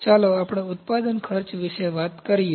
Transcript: ચાલો આપણે ઉત્પાદન ખર્ચ વિશે વાત કરીએ